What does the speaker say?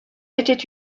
était